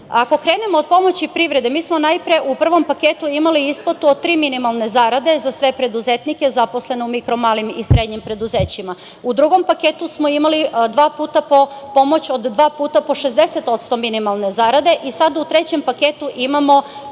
Ako krenemo od pomoći privrede, mi smo najpre u prvom paketu imali isplatu od tri minimalne zarade za sve preduzetnike, zaposlene u mikro-malim i srednjim preduzećima. U drugom paketu smo imali pomoć od dva puta po 60% minimalne zarade, sad u trećem paketu imamo